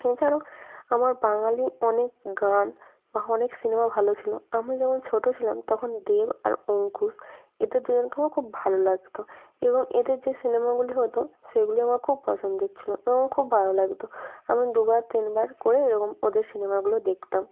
এছাড়াও আমার বাঙালি অনেক গান বা অনেক সিনেমা ভালো ছিলো আমি যখন ছোটো ছিলাম তখন দেব আর অঙ্কুশ এদের দুজনকে আমার খুব ভালো লাগতো এবং এদের যে সিনেমাগুলি হতো সেগুলি আমার খুব পছন্দের ছিলো এবং খুব ভালো লাগতো আমি দুবার তিনবার করে এরকম ওদের সিনেমাগুলো দেখতাম